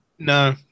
No